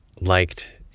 liked